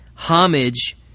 homage